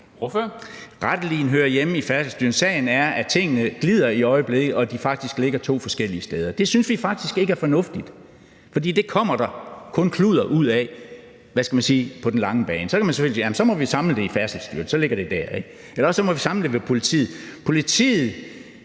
Retteligen hører hjemme i Færdselsstyrelsen? Sagen er, at tingene glider i øjeblikket, og at de faktisk ligger to forskellige steder. Det synes vi faktisk ikke er fornuftigt, for det kommer der kun kludder ud af på den lange bane. Så kan man selvfølgelig sige, at vi må samle det i Færdselsstyrelsen, og så må det ligge der, eller også må vi samle det ved politiet.